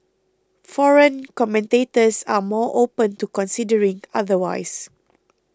foreign commentators are more open to considering otherwise